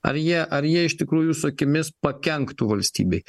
ar jie ar jie iš tikrųjų jūsų akimis pakenktų valstybei